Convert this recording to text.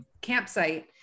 campsite